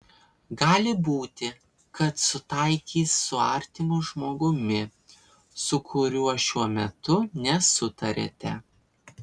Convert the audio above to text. gali būti kad sutaikys su artimu žmogumi su kuriuo šiuo metu nesutariate